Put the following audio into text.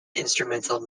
instrumental